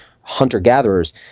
hunter-gatherers